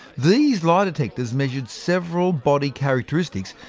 these lie detectors measured several body characteristics,